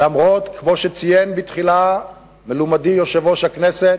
למרות, כמו שציין בתחילה מלומדי יושב-ראש הכנסת: